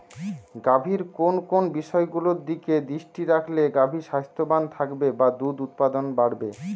গাভীর কোন কোন বিষয়গুলোর দিকে দৃষ্টি রাখলে গাভী স্বাস্থ্যবান থাকবে বা দুধ উৎপাদন বাড়বে?